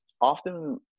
often